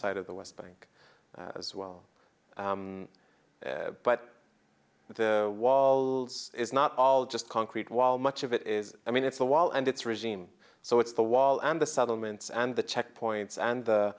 side of the west bank as well but but the wall is not all just concrete while much of it is i mean it's a wall and it's regime so it's the wall and the settlements and the checkpoints and